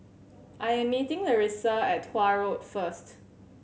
I am meeting Larissa at Tuah Road first